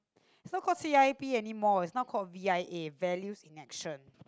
so called C_I_P anymore it's not called V_I_A values in action